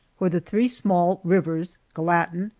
where the three small rivers, gallatin,